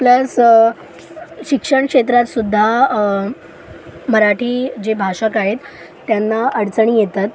plus शिक्षण क्षेत्रातसुद्धा मराठी जे भाषक आहेत त्यांना अडचणी येतात